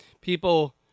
People